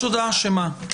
הודעה שמה?